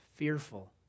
fearful